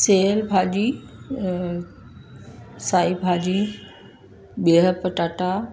सेयल भाॼी साई भाॼी बिह पटाटा